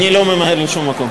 אני לא ממהר לשום מקום.